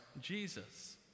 Jesus